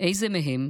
איזה מהם,